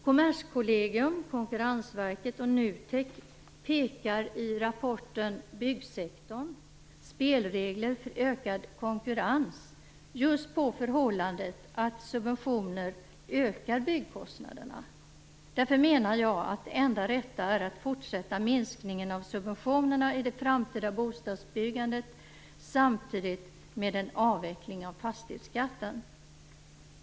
Kommerskollegium, Konkurrensverket och NUTEK pekar i rapporten Byggsektorn - spelregler för ökad konkurrens just på det förhållandet att subventioner ökar byggkostnaderna. Därför menar jag att det enda rätta är att fortsätta minskningen av subventionerna i det framtida bostadsbyggandet samtidigt som fastighetsskatten avvecklas.